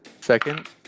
second